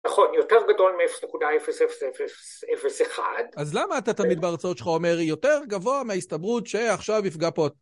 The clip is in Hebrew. נכון, יותר גדול מ-0.00001. אז למה אתה תמיד בהרצאות שלך אומר יותר גבוה מההסתברות שעכשיו יפגע פה